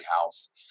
House